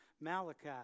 Malachi